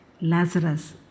Lazarus